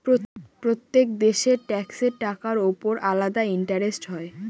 প্রত্যেক দেশের ট্যাক্সের টাকার উপর আলাদা ইন্টারেস্ট হয়